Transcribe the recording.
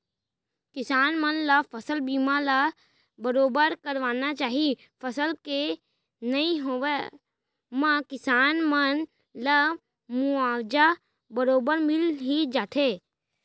किसान मन ल फसल बीमा ल बरोबर करवाना चाही फसल के नइ होवब म किसान मन ला मुवाजा बरोबर मिल ही जाथे